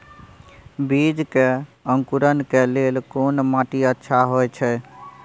बीज के अंकुरण के लेल कोन माटी अच्छा होय छै?